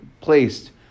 placed